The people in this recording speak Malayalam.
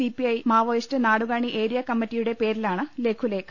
സിപിഐ മാവോയിസ്റ്റ് നാടുക്ക്ാണി ഏരിയാകമ്മിറ്റി യുടെ പേരിലാണ് ലഘുലേഖ